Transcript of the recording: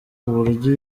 kuburyo